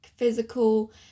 physical